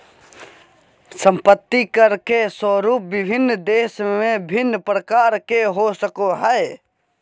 संपत्ति कर के स्वरूप विभिन्न देश में भिन्न प्रकार के हो सको हइ